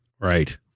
Right